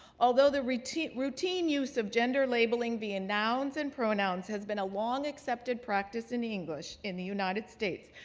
although the routine routine use of gender labeling via nouns and pronouns has been a long accepted practice in english in the united states,